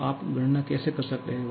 तो आप गणना कैसे कर सकते हैं